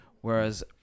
whereas